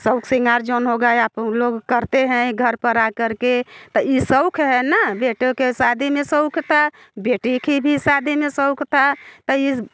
शौक सिंगार जाऊन होगा आप हम लोग करते है घर पर आ कर के त इ शौक है न बेटों के शादी में शौक होता है बेटी की भी शादी मे शौक होता है तो इस